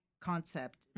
concept